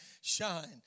shine